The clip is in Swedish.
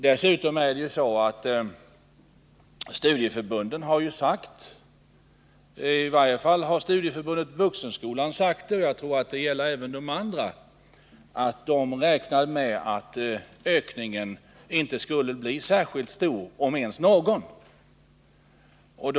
Dessutom har studieförbunden — i varje fall Studieförbundet Vuxenskolan, och jag tror det gäller även de andra förbunden — sagt att de räknade med att ökningen inte skulle bli så stor, om det ens skulle bli någon ökning.